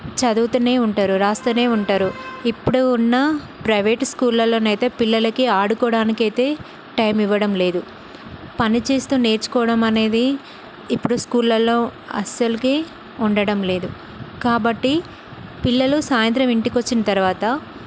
చదువుతు ఉంటారు రాస్తు ఉంటారు ఇప్పుడు ఉన్న ప్రైవేట్ స్కూళ్ళలో అయితే పిల్లలకి ఆడుకోవడానికి అయితే టైమ్ ఇవ్వడం లేదు పని చేస్తు నేర్చుకోవడం అనేది ఇప్పుడు స్కూళ్ళలో అసలు ఉండడంలేదు కాబట్టి పిల్లలు సాయంత్రం ఇంటికి వచ్చిన తరువాత